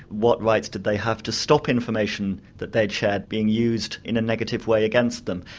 what rights did they have to stop information that they'd shared being used in a negative way against them.